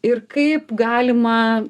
ir kaip galima